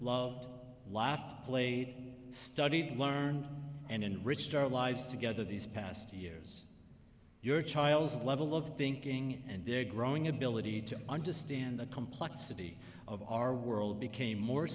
loved life played studied learned and enriched our lives together these past years your child's level of thinking and their growing ability to understand the complexity of our world became more